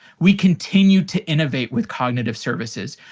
we continue to innovate with cognitive services.